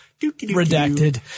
Redacted